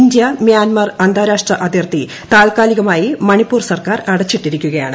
India Myanmar അന്താരാഷ്ട്ര അതിർത്തി താത്ക്കാലികമായി മണിപ്പൂർ സർക്കാർ അടച്ചിട്ടിരിക്കുകയാണ്